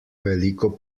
veliko